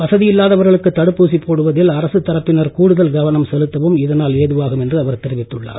வசதி இல்லாதவர்களுக்கு தடுப்பூசி போடுவதில் அரசுத் தரப்பினர் கூடுதல் கவனம் செலுத்தவும் இதனால் ஏதுவாகும் என்று அவர் தெரிவித்துள்ளார்